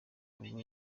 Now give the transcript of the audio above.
ubwo